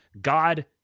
God